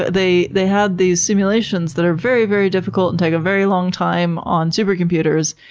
ah they they had these simulations that are very, very difficult, and take a very long time on super computers,